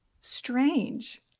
strange